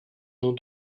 dans